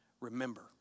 Remember